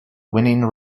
winning